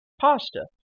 pasta